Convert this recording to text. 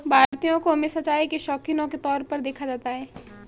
भारतीयों को हमेशा चाय के शौकिनों के तौर पर देखा जाता है